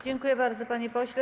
Dziękuję bardzo, panie pośle.